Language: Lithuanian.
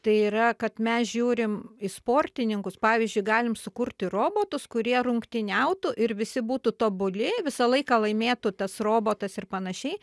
tai yra kad mes žiūrim į sportininkus pavyzdžiui galim sukurti robotus kurie rungtyniautų ir visi būtų tobuli visą laiką laimėtų tas robotas ir panašiai